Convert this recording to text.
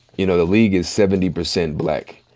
you know, the league is seventy percent black.